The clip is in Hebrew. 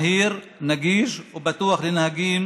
מהיר, נגיש ובטוח לנהגים